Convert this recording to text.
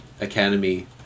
academy